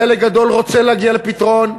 חלק גדול רוצה להגיע לפתרון.